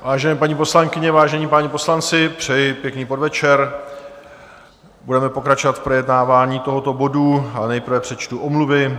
Vážené paní poslankyně, vážení páni poslanci, přeji pěkný podvečer, budeme pokračovat v projednávání tohoto bodu, ale nejprve přečtu omluvy.